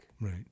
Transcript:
Right